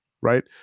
right